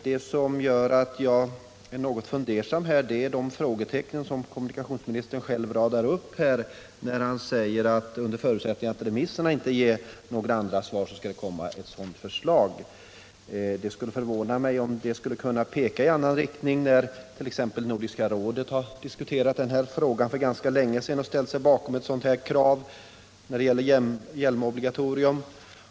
Det som gör att jag är något fundersam är de frågetecken som kommunikationsministern själv radar upp när han säger, att ett sådant förslag skall framläggas, givetvis under förutsättning att remissbehandlingen av trafiksäkerhetsverkets framställning inte ger anledning till annat ställningstagande. Det skulle förvåna mig om remissbehandlingen skulle kunna peka i någon annan riktning med tanke på att Nordiska rådet när det för ganska länge sedan diskuterade denna fråga ställde sig bakom kravet på hjälmobligatorium.